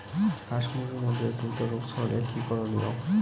হাস মুরগির মধ্যে দ্রুত রোগ ছড়ালে কি করণীয়?